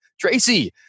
Tracy